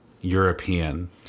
European